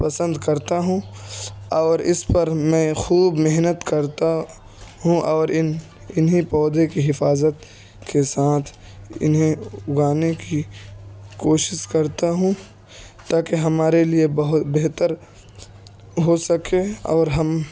پسند کرتا ہوں اور اس پر میں خوب محنت کرتا ہوں اور ان انہیں پودے کی حفاظت کے ساتھ انہیں اگانے کی کوشش کرتا ہوں تاکہ ہمارے لیے بہت بہتر ہو سکے اور ہم